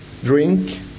drink